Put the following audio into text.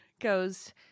goes